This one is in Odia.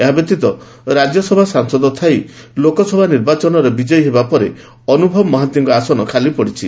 ଏହାବ୍ୟତୀତ ରାକ୍ୟସଭା ସାଂସଦ ଥାଇ ଲୋକସଭା ନିର୍ବାଚନରେ ବିଜୟୀ ହେବା ପରେ ଅନୁଭବ ମହାନ୍ତିଙ୍କ ଆସନ ଖାଲି ପଡ଼ିଛି